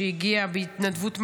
שהגיע בהתנדבות מלאה,